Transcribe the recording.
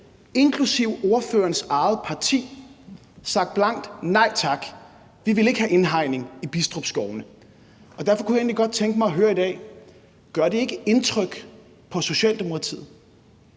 inklusive ordførerens eget parti, sagt blankt nej tak. De vil ikke have indhegnet Bidstrup Skovene. Derfor kunne jeg egentlig godt tænke mig at høre i dag: Gør det ikke indtryk på Socialdemokratiet?